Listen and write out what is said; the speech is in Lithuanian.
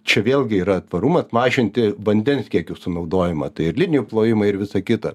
čia vėlgi yra tvarumas mažinti vandens kiekių sunaudojimą tai ir linijų plovimai ir visa kita